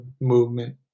movement